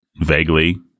vaguely